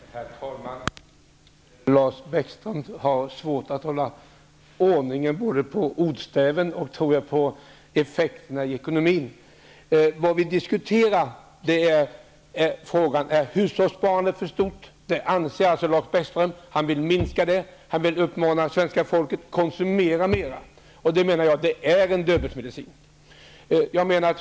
Herr talman! Lars Bäckström har svårt att hålla ordning både på ordstäven och på effekterna i ekonomin. Vad vi diskuterar är om hushållssparandet är för stort. Det anser Lars Bäckström. Han vill minska det. Han vill uppmana svenska folket att konsumera mer. Jag menar att det är en döbelnsmedicin.